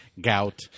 gout